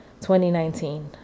2019